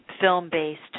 film-based